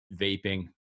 vaping